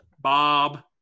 Bob